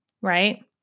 right